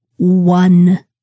one